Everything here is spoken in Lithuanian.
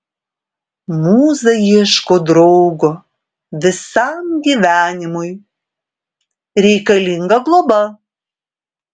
mūza ieško draugo visam gyvenimui reikalinga globa